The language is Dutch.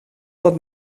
wat